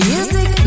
Music